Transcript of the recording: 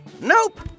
Nope